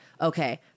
okay